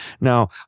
Now